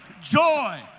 joy